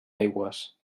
aigües